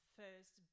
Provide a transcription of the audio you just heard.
first